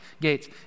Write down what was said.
gates